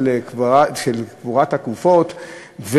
של קבורת הגופות,